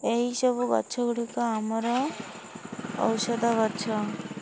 ଏହିସବୁ ଗଛ ଗୁଡ଼ିକ ଆମର ଔଷଧ ଗଛ